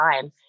time